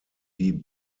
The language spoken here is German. die